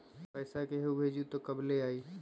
पैसा केहु भेजी त कब ले आई?